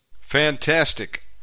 Fantastic